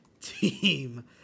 team